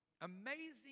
amazing